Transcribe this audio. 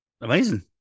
Amazing